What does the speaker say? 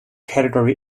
category